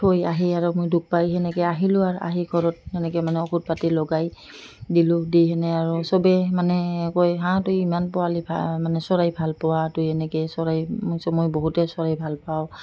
থৈ আহি আৰু মই দুখ পাৰি সেনেকৈ আহিলোঁ আৰু আহি ঘৰত সেনেকৈ মানে ঔষধ পাতি লগাই দিলোঁ দি সেনেকৈ আৰু চবেই মানে কয় হাঁ তই ইমান পোৱালি ভাল মানে চৰাই ভাল পোৱা তই এনেকৈ চৰাই মই কৈছোঁ মই বহুতে চৰাই ভালপাওঁ